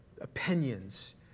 opinions